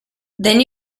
then